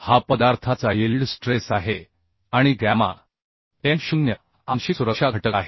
हा पदार्थाचा yield stress आहे आणि गॅमा m0 हा आंशिक सुरक्षा घटक आहे